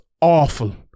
awful